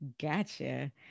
Gotcha